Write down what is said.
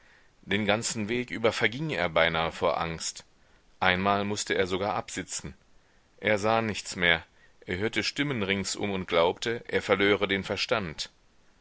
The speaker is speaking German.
den ganzen weg über verging er beinahe vor angst einmal mußte er sogar absitzen er sah nichts mehr er hörte stimmen ringsum und glaubte er verlöre den verstand